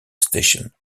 station